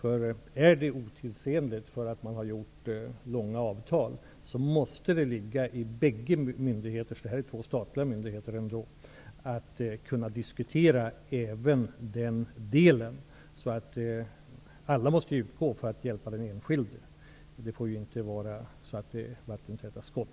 Är utbildningarna otidsenliga på grund av att avtal har träffats för långa perioder, måste det ligga i bägge myndigheternas intresse -- det rör sig ju om två statliga myndigheter -- att kunna diskutera även den delen. Allt bör utgå från att hjälpa den enskilde, utan vattentäta skott.